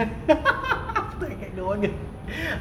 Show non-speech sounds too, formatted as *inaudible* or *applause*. *laughs* after I get the order